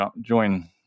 join